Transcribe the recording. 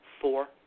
Four